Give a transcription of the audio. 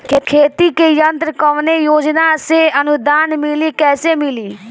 खेती के यंत्र कवने योजना से अनुदान मिली कैसे मिली?